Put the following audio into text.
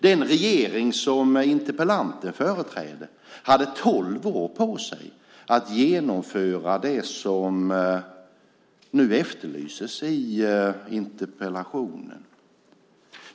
Den regering som interpellanten företrädde hade tolv år på sig att genomföra det som nu efterlyses i interpellationen.